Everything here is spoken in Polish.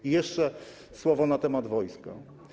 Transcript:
I jeszcze słowo na temat wojska.